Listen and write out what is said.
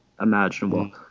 imaginable